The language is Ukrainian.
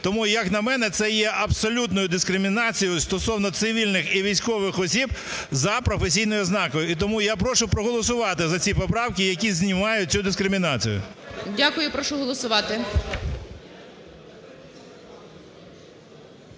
Тому, як на мене, це є абсолютною дискримінацією стосовно цивільних і військових осіб за професійною ознакою, і тому я прошу проголосувати за ці поправки, які знімають цю дискримінацію. ГОЛОВУЮЧИЙ. Дякую. Прошу голосувати.